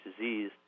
disease